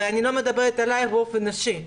אני לא מדברת עלייך באופן אישי,